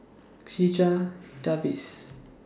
Checha Davies